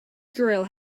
drill